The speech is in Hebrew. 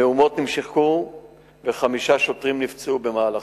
המהומות נמשכו וחמישה שוטרים נפצעו במהלכן.